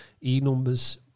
E-numbers